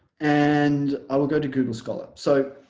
and i will go to google scholar so